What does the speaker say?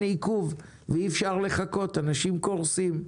עיכוב ואי אפשר לחכות כי אנשים קורסים.